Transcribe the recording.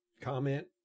Comment